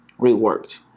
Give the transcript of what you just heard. reworked